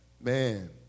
man